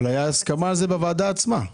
אבל הייתה הסכמה על זה בישיבה עצמה.